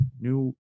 new